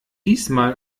diesmal